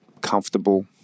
comfortable